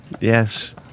yes